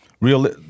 real